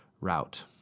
route